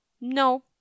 No